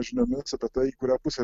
žiniomis apie tai į kurią pusę